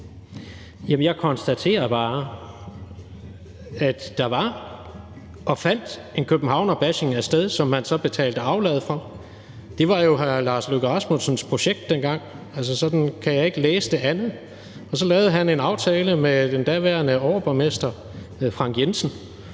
jeg konstaterer bare, at der var og fandt en københavnerbashing sted, som man så betalte aflad for. Det var jo hr. Lars Løkke Rasmussens projekt dengang, altså, jeg kan ikke læse det som andet, og så lavede han en aftale med den daværende overborgmester, Frank Jensen,